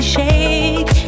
shake